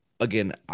Again